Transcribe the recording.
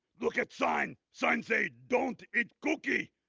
look at sign. sign say don't eat cookie.